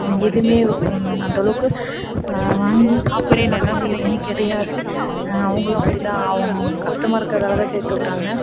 எதுவுமே அந்த அளவுக்கு வாங்கி சாப்பிட மொதல்கொண்டு எதுவுமே கிடையாது அவங்களும் அப்படிதான் அவங்கவங்க கஷ்டமாக இருக்கறதால் தான் சேர்த்து விட்டாங்க